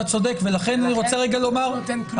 לכן זה לא נותן כלום.